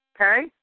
okay